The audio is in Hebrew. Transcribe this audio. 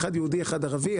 אחד יהודי ואחד ערבי,